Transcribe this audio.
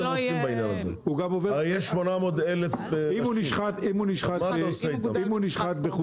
אם נשחט בחו"ל?